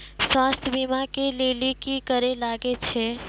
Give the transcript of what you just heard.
स्वास्थ्य बीमा के लेली की करे लागे छै?